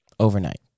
Overnight